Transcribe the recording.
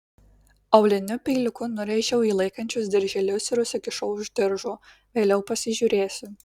auliniu peiliuku nurėžiau jį laikančius dirželius ir užsikišau už diržo vėliau pasižiūrėsiu